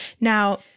Now